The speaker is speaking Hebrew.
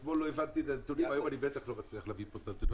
אתמול לא הבנתי את הנתונים והיום אני בטח לא מצליח להבין אותם.